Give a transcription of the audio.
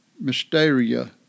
mysteria